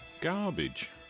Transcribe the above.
Garbage